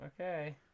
Okay